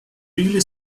really